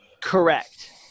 Correct